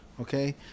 Okay